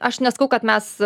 aš nesakau kad mes